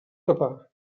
tapar